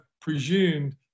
presumed